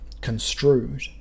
construed